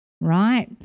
Right